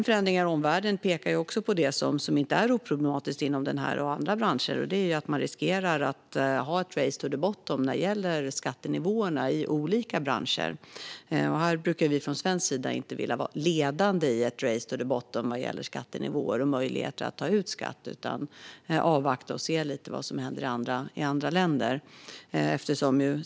Förändringar i omvärlden pekar dock också på det som inte är oproblematiskt inom den här branschen och andra branscher, nämligen att man riskerar att ha ett race to the bottom när det gäller skattenivåerna i olika branscher. Från svensk sida brukar vi inte vilja vara ledande i ett race to the bottom vad gäller skattenivåer och möjligheter att ta ut skatt, utan vi vill avvakta och se lite vad som händer i andra länder.